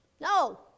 no